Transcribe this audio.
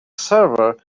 server